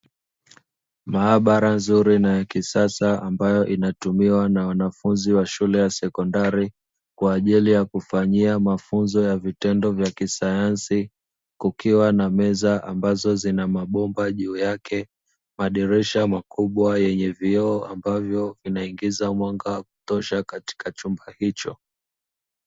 Maabara nzuri na ya kisasa ambayo inatumiwa na wanafunzi wa shule ya sekondari kwa ajili ya kufanyia mafunzo ya vitendo vya kisayansi, kukiwa na meza ambazo zina mabomba juu yake, madirisha makubwa yenye vioo ambavyo vinaingiza mwanga wa kutosha katika chumba hicho.